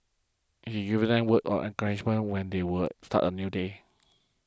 he gives them words at encouragement when they will start a new day